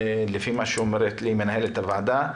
לפי מה שאומרת לי מנהלת הוועדה,